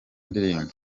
ndirimbo